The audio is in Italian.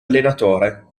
allenatore